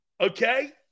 okay